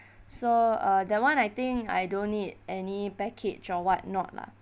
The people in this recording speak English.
so uh that [one] I think I don't need any package or what not lah